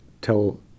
tell